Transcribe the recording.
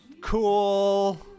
Cool